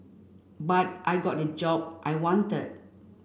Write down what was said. but I got the job I wanted